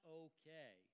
okay